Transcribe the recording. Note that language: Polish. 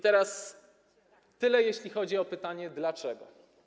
To tyle, jeśli chodzi o pytanie dlaczego.